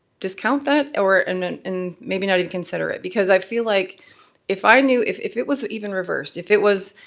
discount that or and and and maybe not even consider it. because i feel like if i knew, if if it was even reversed, if it was